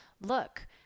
look